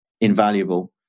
invaluable